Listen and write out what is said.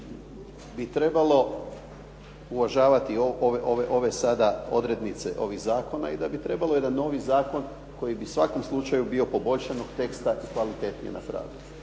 bi trebalo uvažavati i ove sada odrednice ovih zakona i da bi trebalo jedan novi zakon koji bi u svakom slučaju bio poboljšanog teksta i kvalitetnije napravljen.